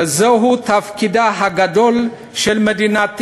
וזהו תפקידה גדול של מדינת ישראל,